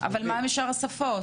אבל מה עם שאר השפות?